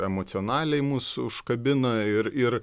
emocionaliai mus užkabina ir ir